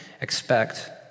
expect